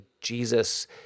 Jesus